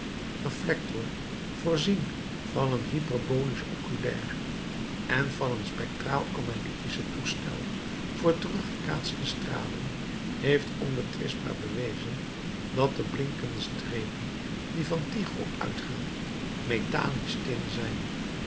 reflector voorzien van een hyperbolisch oculair en van een spectraal analytischen toestel voor teruggekaatste stralen heeft onbetwistbaar bewezen dat de blinkende strepen die van tycho uitgaan metallisch tin zijn